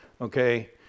okay